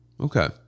Okay